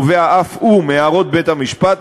שנובע אף הוא מהערות בית-המשפט,